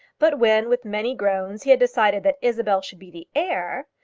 but when with many groans he had decided that isabel should be the heir,